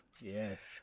Yes